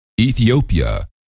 Ethiopia